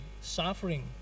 suffering